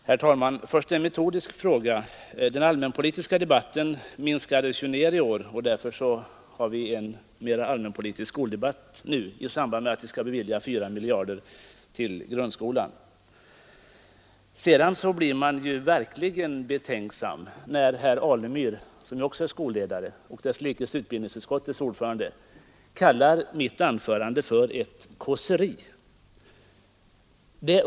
Herr talman! Först några ord i en metodisk fråga. Den allmänpolitiska debatten minskades ju ner i år, och därför har vi nu en allmänpolitisk skoldebatt i samband med att vi skall bevilja 4 miljarder kronor till grundskolan. Jag blev verkligen betänksam, när herr Alemyr — som ju också är skolledare och dess likes utbildningsutskottets ordförande — kallar mitt anförande för ett kåseri.